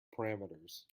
parameters